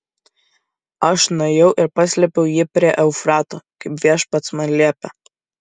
aš nuėjau ir paslėpiau jį prie eufrato kaip viešpats man liepė